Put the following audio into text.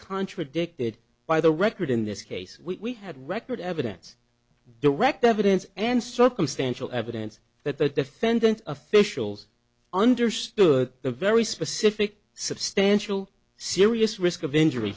contradicted by the record in this case we had record evidence direct evidence and circumstantial evidence that the defendant officials understood the very specific substantial serious risk of injury